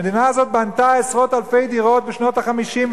המדינה הזאת בנתה עשרות אלפי דירות בשנות ה-50,